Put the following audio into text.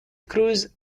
crews